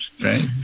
right